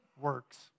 works